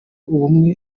ubumwe